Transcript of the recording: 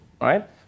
right